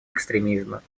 экстремизма